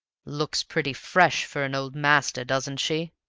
looks pretty fresh for an old master, doesn't she?